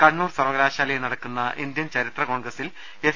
കണ്ണൂർ സർവകലാശാലയിൽ നടക്കുന്ന ഇന്ത്യൻ ചരിത്ര കോൺഗ്രസിൽ എസ്